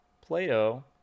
plato